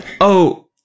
Oh-